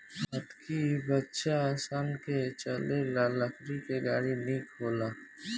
हतकी बच्चा सन के चले ला लकड़ी के गाड़ी निक होखेला